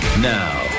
Now